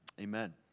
Amen